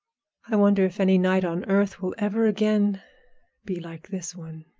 i wonder if any night on earth will ever again be like this one.